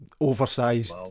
oversized